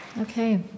Okay